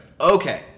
Okay